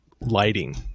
lighting